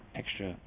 extra